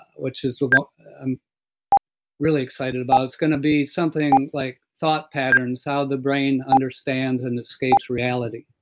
which is what i'm really excited about. it's going to be something like, thought patterns, how the brain understands and escapes reality